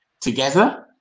together